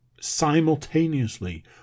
Simultaneously